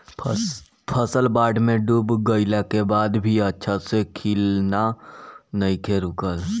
फसल बाढ़ में डूब गइला के बाद भी अच्छा से खिलना नइखे रुकल